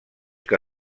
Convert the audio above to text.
que